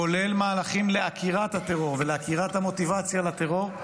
כולל מהלכים לעקירת הטרור ולעקירת המוטיבציה לטרור.